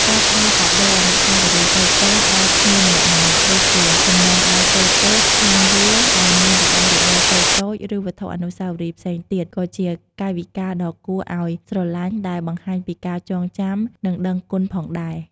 ការផ្តល់ កាដូអនុស្សាវរីយ៍ តូចៗដល់ភ្ញៀវម្នាក់ៗ ដូចជាចំណងដៃតូចៗ ថង់យួរដែលមានរបស់របរតូចៗ ឬវត្ថុអនុស្សាវរីយ៍ផ្សេងទៀត ក៏ជាកាយវិការដ៏គួរឲ្យស្រលាញ់ដែលបង្ហាញពីការចងចាំ និងដឹងគុណផងដែរ។